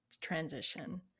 transition